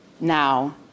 now